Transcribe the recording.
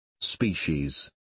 species